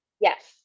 Yes